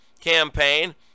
campaign